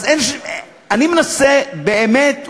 אני מנסה באמת ובתמים,